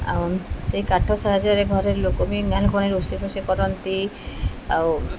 ଆଉ ସେ କାଠ ସାହାଯ୍ୟରେ ଘରେ ଲୋକ ବି ରୋଷେଇ ଫୋଷେଇ କରନ୍ତି ଆଉ